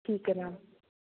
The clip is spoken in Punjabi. ਠੀਕ ਹੈ ਮੈਮ